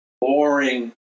boring